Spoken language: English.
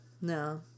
no